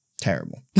terrible